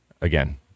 again